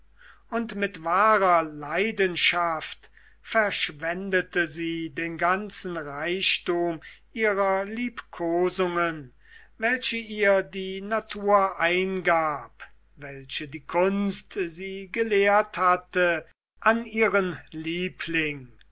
und mit wahrer leidenschaft verschwendete sie den ganzen reichtum ihrer liebkosungen welche ihr die natur eingab welche die kunst sie gelehrt hatte an ihren liebling